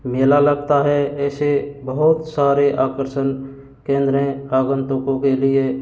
मेला लगता है ऐसे बहुत सारे आकर्षण केंद्र हैं आगंतकों के लिए